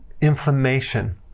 inflammation